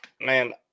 man